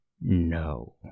No